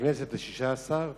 בכנסת השש-עשרה,